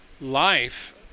life